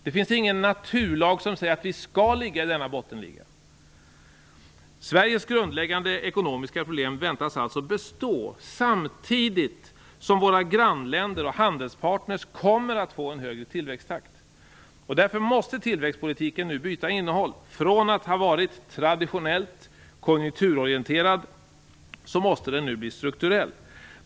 Det finns ingen naturlag som säger att vi skall ligga i denna bottenliga. Sveriges grundläggande ekonomiska problem väntas alltså bestå, samtidigt som våra grannländer och handelspartners kommer att få en högre tillväxttakt. Därför måste tillväxtpolitiken byta innehåll. Från att ha varit traditionellt konjunkturorienterad måste den nu bli strukturell.